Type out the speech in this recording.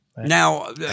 Now